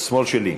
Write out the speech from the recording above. שמאל שלי.